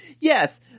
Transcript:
Yes